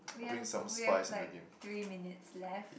we have we have like three minutes left